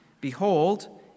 Behold